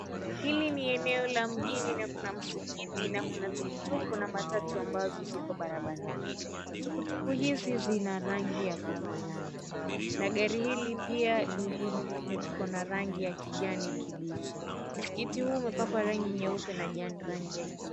Hili ni eneo la mjini na kuna msikiti na kuna tuktuk na matatu ambazo ziko barabarani. Tuktuk hizi zina rangi ya kufanana, na gari hili pia niko na rangi ya kijani kibichi. Msikiti huu mpango wa rangi nyeupe.